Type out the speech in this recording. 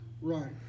Right